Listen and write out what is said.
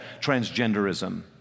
transgenderism